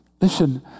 Listen